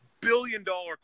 billion-dollar